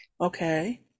Okay